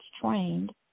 trained